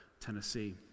tennessee